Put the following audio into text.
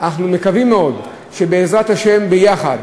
אנחנו מקווים מאוד שבעזרת השם ביחד,